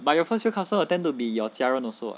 but your first year customer will tend to be your 家人 also [what]